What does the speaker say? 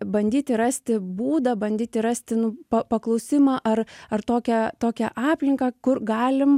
bandyti rasti būdą bandyti rasti nu pa paklausimą ar ar tokią tokią aplinką kur galim